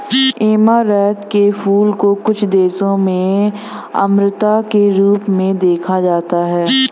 amaranth के फूलों को कुछ देशों में अमरता के रूप में देखा जाता है